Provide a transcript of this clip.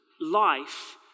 life